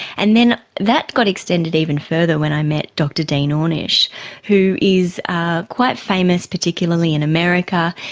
and then that got extended even further when i met dr dean ornish who is ah quite famous, particularly in america.